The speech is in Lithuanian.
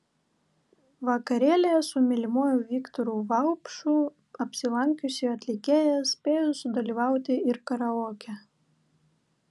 vakarėlyje su mylimuoju viktoru vaupšu apsilankiusi atlikėja spėjo sudalyvauti ir karaoke